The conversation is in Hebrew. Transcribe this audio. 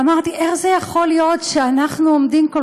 ואמרתי: איך זה יכול להיות שאנחנו עומדים כל